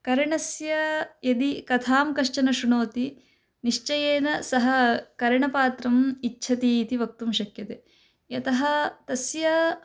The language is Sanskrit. कर्णस्य यदि कथां कश्चन शृणोति निश्चयेन सः कर्णपात्रम् इच्छति इति वक्तुं शक्यते यतः तस्य